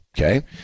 okay